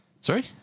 Sorry